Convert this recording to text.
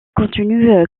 continue